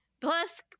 plus